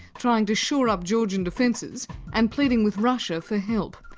trying to shore up georgian defences and pleading with russia for help.